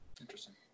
Interesting